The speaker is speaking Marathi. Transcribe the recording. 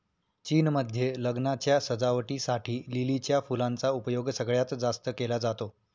चीन मध्ये लग्नाच्या सजावटी साठी लिलीच्या फुलांचा उपयोग सगळ्यात जास्त केला जातो